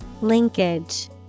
Linkage